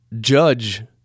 judge